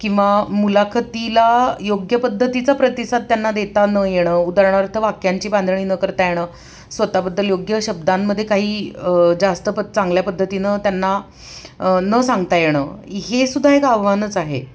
किंवा मुलाखतीला योग्य पद्धतीचा प्रतिसाद त्यांना देता न येणं उदाहरणार्थ वाक्यांची बांधणी न करता येणं स्वतःबद्दल योग्य शब्दांमध्ये काही जास्त प चांगल्या पद्धतीनं त्यांना न सांगता येणं हेसुद्धा एक आव्हानच आहे